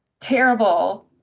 terrible